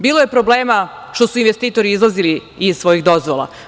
Bilo je problema što su investitori izlazili iz svojih dozvola.